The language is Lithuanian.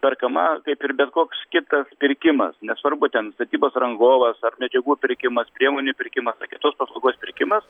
perkama kaip ir bet koks kitas pirkimas nesvarbu ten statybos rangovas ar medžiagų pirkimas priemonių pirkimasar kitos paslaugos pirkimas